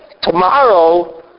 tomorrow